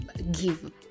give